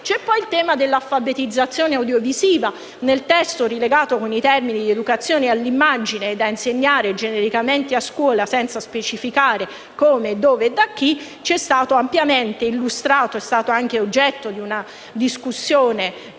C’è poi il tema dell’alfabetizzazione audiovisiva, nel testo ridotta a “educazione all’immagine”, da insegnare genericamente a scuola, senza specificare come, dove e da chi. Ci è stato ampiamente illustrato ed è stato anche oggetto di una discussione